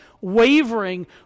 wavering